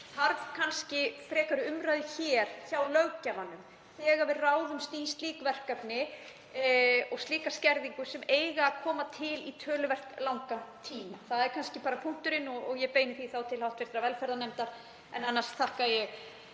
Þarf kannski frekari umræðu hjá löggjafanum þegar við ráðumst í slík verkefni og slíka skerðingu sem á að gilda í töluvert langan tíma? Það er kannski punkturinn og ég beini því til hv. velferðarnefndar. Annars þakka ég